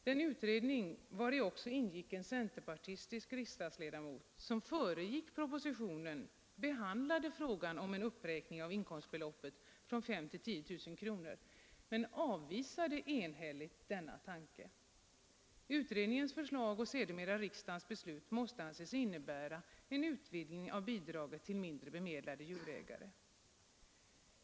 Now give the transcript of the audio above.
Den utredning — vari också en centerpartistisk riksdagsledamot deltog — som föregick propositionen behandlade frågan om en uppräkning av inkomstbeloppet från 5 000 till 10 000 kronor men avvisade enhälligt denna tanke. Utredningens förslag och sedermera riksdagens beslut måste anses innebära en utvidgning av bidraget till mindre bemedlade djurägare.